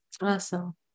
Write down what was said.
Awesome